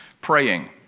praying